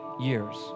years